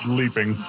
leaping